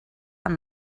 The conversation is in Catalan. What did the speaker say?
amb